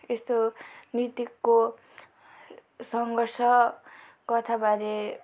यस्तो नर्तकीको सङ्घर्ष कथाबारे